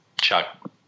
Chuck